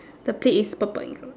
the plate is purple in colour